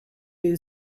new